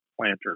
planter